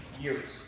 years